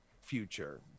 future